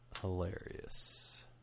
hilarious